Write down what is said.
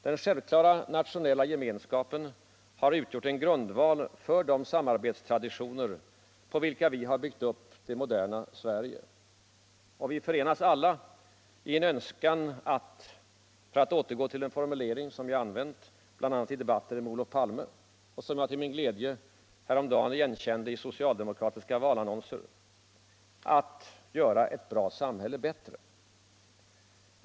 Den självklara nationella gemenskapen har utgjort en grundval för de samarbetstraditioner på vilka vi har byggt upp det moderna Sverige. Och vi förenas alla i en önskan att — för att återgå till en formulering som jag använt bl.a. i debatter med Olof Palme och som jag till min glädje häromdagen igenkände i socialdemokratiska valannonser — göra ett bra samhälle bättre.